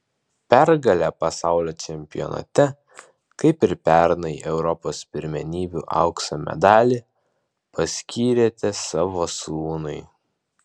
pergalę pasaulio čempionate kaip ir pernai europos pirmenybių aukso medalį paskyrėte savo sūnui